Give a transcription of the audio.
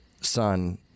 son